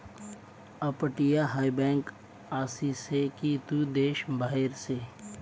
अपटीया हाय बँक आसी से की तू देश बाहेर से